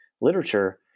literature